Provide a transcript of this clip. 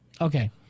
Okay